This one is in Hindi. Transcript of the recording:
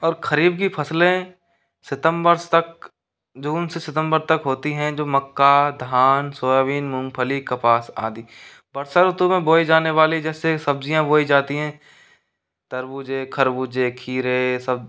और खरीफ की फ़सलें सितम्बर तक जून से सितम्बर तक होती हैं जो मक्का धान सोयाबीन मूँगफली कपास आदि वर्षा ऋतु में बोई जाने वाले जैसे सब्ज़ियाँ बोई जाती हैं तरबूजे खरबूजे खीरे ये सब